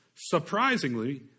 surprisingly